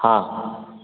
ହଁ